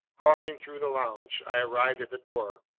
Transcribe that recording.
crossing through the lounge, i arrived at the door,